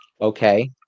Okay